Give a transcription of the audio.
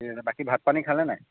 ঠিক আছে বাকী ভাত পানী খালে নাই